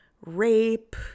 rape